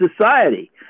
society